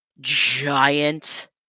giant